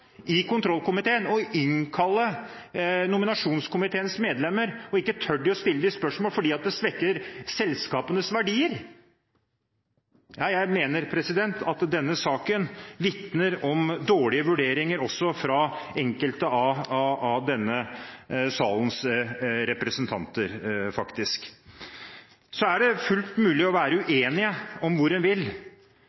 å innkalle nominasjonskomiteens medlemmer og ikke tør å stille dem spørsmål fordi det svekker selskapenes verdier. Jeg mener at denne saken vitner om dårlige vurderinger fra enkelte av denne salens representanter. Det er fullt mulig å være uenig om hvor en vil, og det er fullt mulig å